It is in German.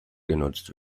genutzt